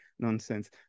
Nonsense